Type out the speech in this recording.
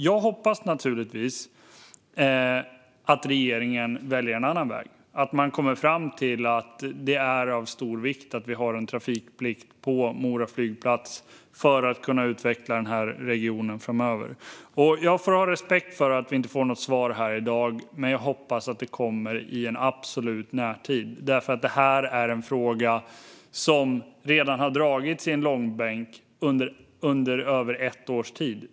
Jag hoppas naturligtvis att regeringen väljer en annan väg, att man kommer fram till att det är av stor vikt att vi har en trafikplikt på Mora flygplats för att kunna utveckla den här regionen framöver. Jag får ha respekt för att vi inte får något svar här i dag. Men jag hoppas att det kommer i en absolut närtid, för det här är en fråga som redan har dragits i långbänk under över ett års tid.